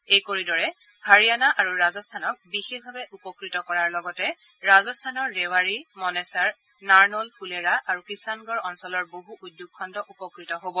এই কৰিডৰে হাৰিয়ানা আৰু ৰাজস্থানক বিশেষভাৱে উপকৃত কৰাৰ লগতে ৰাজস্থানৰ ৰেৱাৰী মনেচাৰ নাৰনল ফুলেৰা আৰু কিসানগড় অঞ্চলৰ বহু উদ্যোগ খণ্ড উপকৃত হব